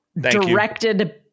directed